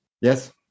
Yes